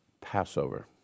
Passover